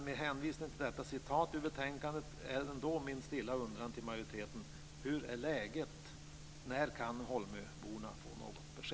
Med hänvisning till det jag återgivit ur betänkandet är min stilla undran till majoriteten: Tack!